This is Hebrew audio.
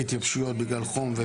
והתייבשות בגלל חום.